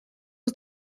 was